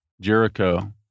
Jericho